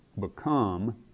become